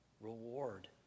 reward